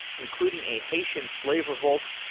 including a haitian slave revolt,